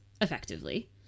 effectively